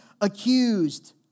accused